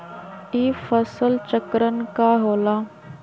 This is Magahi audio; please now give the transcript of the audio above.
ई फसल चक्रण का होला?